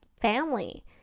family